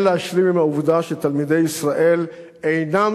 אין להשלים עם העובדה שתלמידי ישראל אינם